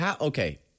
Okay